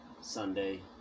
Sunday